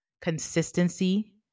consistency